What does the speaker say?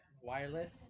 wireless